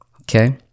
Okay